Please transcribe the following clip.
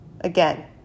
Again